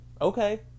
okay